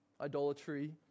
idolatry